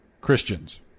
Christians